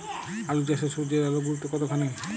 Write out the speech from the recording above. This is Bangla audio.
আলু চাষে সূর্যের আলোর গুরুত্ব কতখানি?